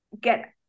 get